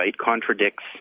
contradicts